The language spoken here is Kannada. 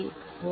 91500